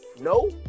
No